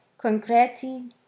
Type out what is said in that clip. concreti